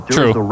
True